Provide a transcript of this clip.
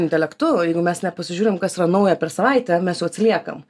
intelektu jeigu mes nepasižiūrim kas yra nauja per savaitę mes jau atsiliekam